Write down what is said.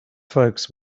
folks